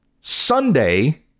Sunday